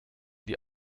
die